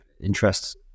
interests